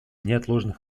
неотложный